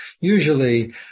usually